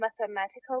Mathematical